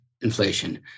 inflation